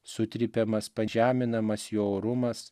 sutrypiamas pažeminamas jo orumas